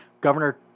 Governor